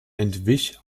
entwich